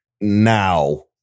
now